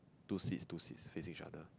two seats two seats facing each other